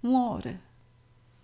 muore